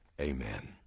Amen